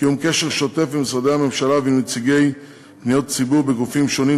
קיום קשר שוטף עם משרדי הממשלה ועם נציגי פניות ציבור בגופים שונים,